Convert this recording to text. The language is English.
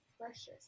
precious